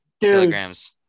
kilograms